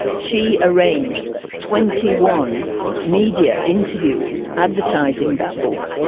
she arranged twenty one media interviews advertising that book.